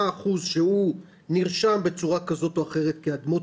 מה האחוז שנרשם בצורה כזאת או אחרת כאדמות